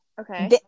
Okay